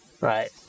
Right